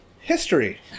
history